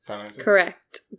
Correct